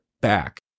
back